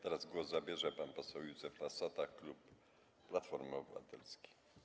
Teraz głos zabierze pan poseł Józef Lassota, klub Platformy Obywatelskiej.